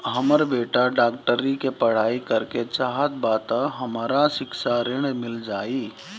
हमर बेटा डाक्टरी के पढ़ाई करेके चाहत बा त हमरा शिक्षा ऋण मिल जाई?